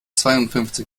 zweiundfünfzig